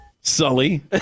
Sully